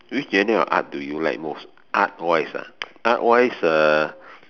which genre of art do you like most art wise ah art wise uh